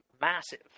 massive